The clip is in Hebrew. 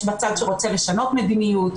יש בה צד שרוצה לשנות מדיניות,